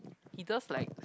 he does like